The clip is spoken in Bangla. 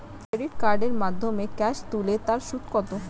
ক্রেডিট কার্ডের মাধ্যমে ক্যাশ তুলে তার সুদ কত?